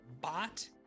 bot